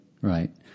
Right